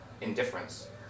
indifference